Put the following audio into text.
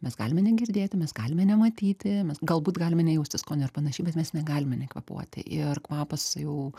mes galime negirdėti mes galime nematyti mes galbūt galime nejausti skonio ir panašiai bet mes negalime nekvėpuoti ir kvapas jau